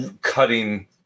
cutting